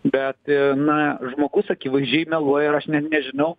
bet na žmogus akivaizdžiai meluoja ir aš net nežinau